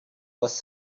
was